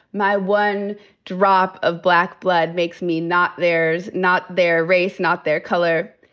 my one drop of black blood makes me not theirs, not their race, not their color.